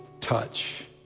touch